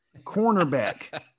cornerback